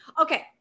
Okay